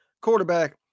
quarterback